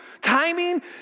timing